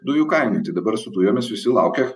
dujų kainai tai dabar su dujomis visi laukia